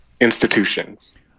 institutions